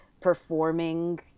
performing